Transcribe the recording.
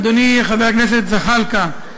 אדוני חבר הכנסת זחאלקה,